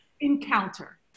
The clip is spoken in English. Encounter